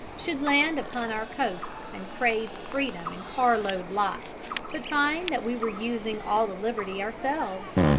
should land upon our coasts and crave freedom in car-load lots but find that we were using all the liberty ourselves?